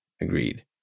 Agreed